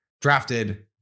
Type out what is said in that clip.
drafted